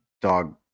Dog